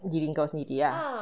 diri kau sendiri lah